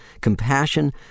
compassion